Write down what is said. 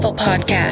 podcast